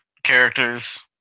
Characters